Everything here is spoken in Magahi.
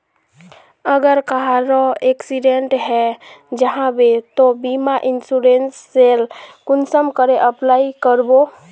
अगर कहारो एक्सीडेंट है जाहा बे तो बीमा इंश्योरेंस सेल कुंसम करे अप्लाई कर बो?